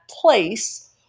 place